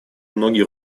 многие